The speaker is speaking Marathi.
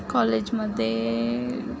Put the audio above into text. कॉलेजमध्ये